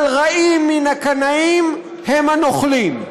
אבל רעים מן הקנאים הם הנוכלים,